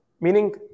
Meaning